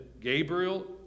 Gabriel